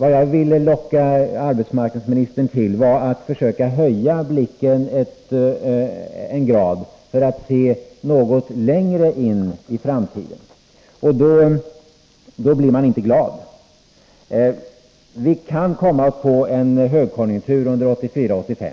Vad jag ville locka arbetsmarknadsministern till var att försöka höja blicken en grad för att se något längre in i framtiden. Då man gör det blir man nämligen inte glad. Vi kan komma att få en högkonjunktur 1984-1985